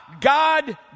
God